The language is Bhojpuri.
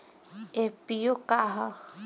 एफ.पी.ओ का ह?